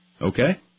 okay